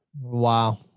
Wow